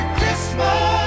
Christmas